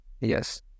Yes